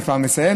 אני כבר מסיים,